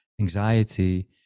anxiety